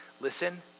listen